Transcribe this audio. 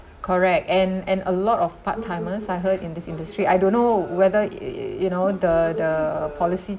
correct and and a lot of part timers I heard in this industry I don't know whether yo~ you know the the policy